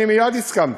אני מייד הסכמתי,